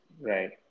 Right